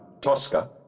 Tosca